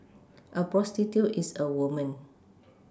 a prostitute is a woman